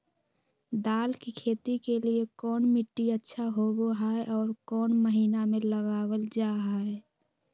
दाल की खेती के लिए कौन मिट्टी अच्छा होबो हाय और कौन महीना में लगाबल जा हाय?